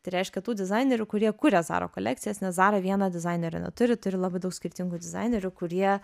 tai reiškia tų dizainerių kurie kuria zara kolekcijas nes zara vieno dizainerio neturi turi labai daug skirtingų dizainerių kurie